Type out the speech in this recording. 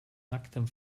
nacktem